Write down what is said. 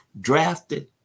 drafted